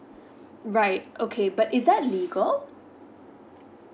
right okay but is that legal